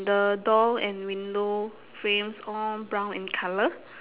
the door and window frames all brown in colour